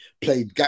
played